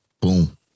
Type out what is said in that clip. Boom